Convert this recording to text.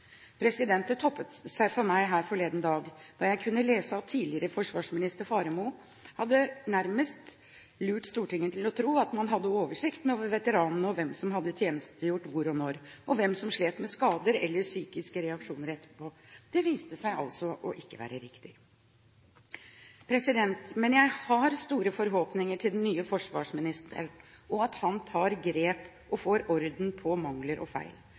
Det toppet seg for meg her forleden dag da jeg kunne lese at tidligere forsvarsminister Faremo nærmest hadde lurt Stortinget til å tro at man hadde oversikten over veteranene og hvem som hadde tjenestegjort hvor og når, og hvem som slet med skader eller psykiske reaksjoner etterpå. Det viste seg altså å ikke være riktig. Men jeg har store forhåpninger til den nye forsvarsministeren, at han tar grep og får orden på mangler og feil,